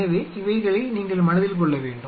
எனவே இவைகளை நீங்கள் மனதில் வைத்துக்கொள்ள வேண்டும்